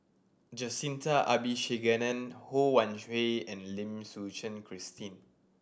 Jacintha Abisheganaden Ho Wan Hui and Lim Suchen Christine